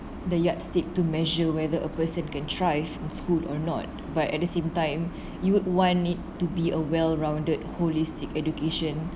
the yardstick to measure whether a person can thrive in school or not but at the same time you would want it to be a well rounded holistic education